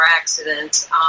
accidents